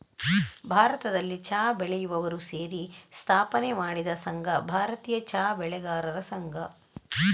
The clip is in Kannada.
ಭಾರತದಲ್ಲಿ ಚಾ ಬೆಳೆಯುವವರು ಸೇರಿ ಸ್ಥಾಪನೆ ಮಾಡಿದ ಸಂಘ ಭಾರತೀಯ ಚಾ ಬೆಳೆಗಾರರ ಸಂಘ